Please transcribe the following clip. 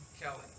Kelly